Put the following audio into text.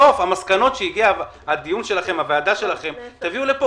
את המסקנות של הדיון של הוועדה שלכם תביאו לפה.